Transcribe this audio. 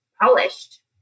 polished